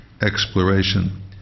exploration